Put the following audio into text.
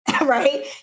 right